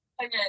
Okay